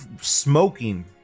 smoking